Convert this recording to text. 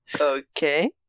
Okay